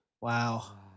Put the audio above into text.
Wow